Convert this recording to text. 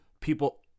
people